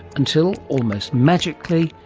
until, almost magically,